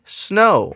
snow